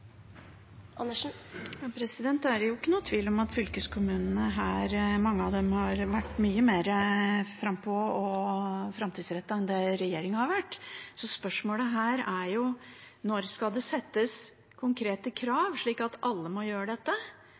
tvil om at mange av fylkeskommunene har vært mye mer frampå og framtidsrettet enn det regjeringen har vært. Spørsmålet her er: Når skal det settes konkrete krav, slik at alle må gjøre dette?